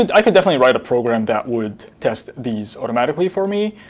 and i could definitely write a program that would test these automatically for me.